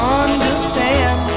understand